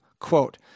Quote